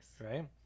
right